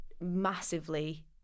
massively